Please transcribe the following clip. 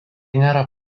nėra